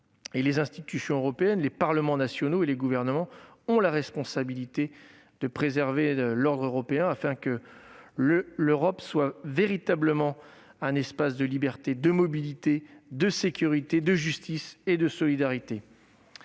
Les institutions européennes, les parlements nationaux et les gouvernements ont la responsabilité de préserver l'ordre européen, afin que l'Europe soit véritablement un espace de liberté, de mobilité, de sécurité, de justice et de solidarité.